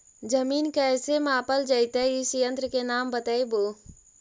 जमीन कैसे मापल जयतय इस यन्त्र के नाम बतयबु?